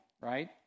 right